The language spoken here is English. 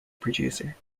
producer